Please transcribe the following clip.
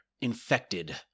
infected